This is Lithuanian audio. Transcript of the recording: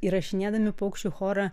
įrašinėdami paukščių chorą